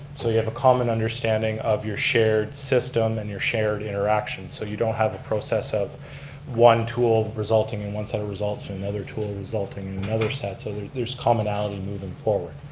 so you have a common understanding of your shared system and your shared interactions. so you don't have a process of one tool resulting in one set of results and another tool resulting in another set. so there's there's commonality moving forward.